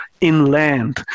inland